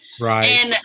Right